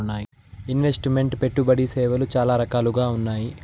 invest meant పెట్టుబడి సేవలు చాలా రకాలుగా ఉన్నాయి